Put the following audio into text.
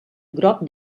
groc